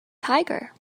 tiger